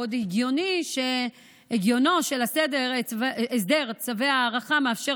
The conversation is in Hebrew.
בעוד הגיונו של הסדר צווי ההארכה מאפשר